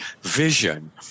vision